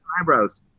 eyebrows